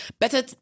better